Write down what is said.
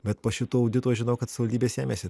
bet po šitų auditų aš žinau kad savaldybės ėmėsi